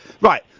Right